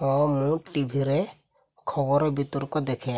ହଁ ମୁଁ ଟିଭିରେ ଖବର ବିତର୍କ ଦେଖେ